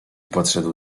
podszedł